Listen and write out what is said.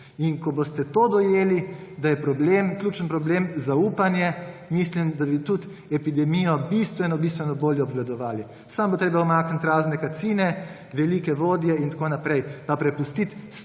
Ko boste to dojeli, da je ključni problem zaupanje, mislim, da bi tudi epidemijo bistveno bistveno bolje obvladovali. Samo bo treba umakniti razne Kacine, velike vodje in tako naprej in prepustiti